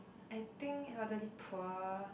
I think elderly poor